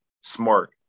smart